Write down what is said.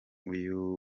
uyu